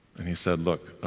and he said, look,